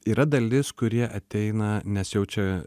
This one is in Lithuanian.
yra dalis kurie ateina nes jaučia